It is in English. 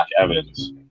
Evans